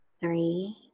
three